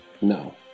no